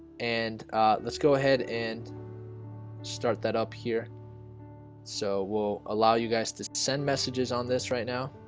and let's go ahead and start that up here so will allow you guys to send messages on this right now,